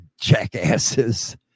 jackasses